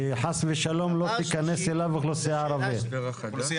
שחס ושלום לא תיכנס אליו אוכלוסייה ערבית.